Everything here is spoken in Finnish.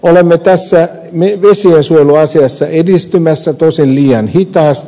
olemme tässä vesiensuojeluasiassa edistymässä tosin liian hitaasti